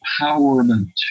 empowerment